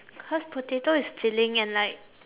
cause potato is filling and like